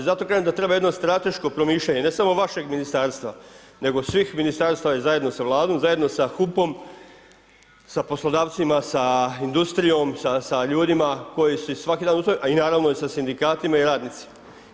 I zato kažem da treba jedno strateško promišljanje, ne samo vašeg Ministarstva, nego svih Ministarstava zajedno sa Vladom, zajedno sa HUP-om, sa poslodavcima, sa industrijom, sa ljudima koji su svaki dan… [[Govornik se ne razumije]] , a i naravno i sa Sindikatima i radnici.